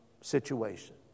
situation